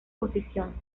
posición